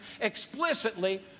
explicitly